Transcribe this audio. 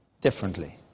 differently